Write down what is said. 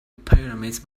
pyramids